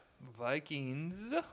Vikings